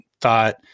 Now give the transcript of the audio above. thought